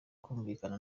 kumvikana